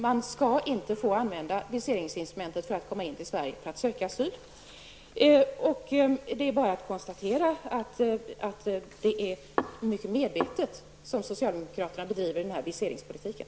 Man skall inte få använda viseringsinstrumentet för att komma in till Sverige och därefter ansöka om asyl. Jag konstaterar att socialdemokraterna mycket medvetet driver för den här viseringspolitiken.